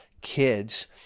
kids